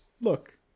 look